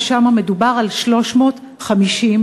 ושם מדובר על 350 עובדים.